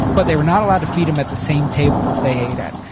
but they were not allowed to feed him at the same table that they ate at.